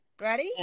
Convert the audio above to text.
Ready